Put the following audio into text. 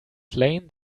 slain